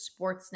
Sportsnet